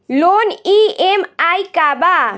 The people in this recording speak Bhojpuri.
लोन ई.एम.आई का बा?